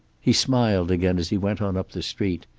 he smiled again as he went on up the street,